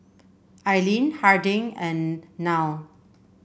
Aileen Harding and Nile